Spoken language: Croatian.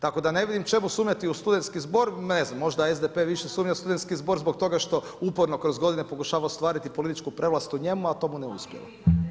Tako da ne vidim čemu sumnjati u studentski zbor, ne znam, možda SDP više sumnja u studentski zbor zbog toga što uporno kroz godine pokušava ostvariti političku prevlast u njemu a to mu ne uspijeva.